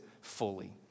fully